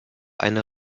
eine